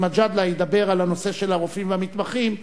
מג'אדלה ידבר על הנושא של הרופאים והמתמחים,